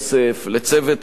לצוות הוועדה,